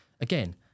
again